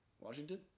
Washington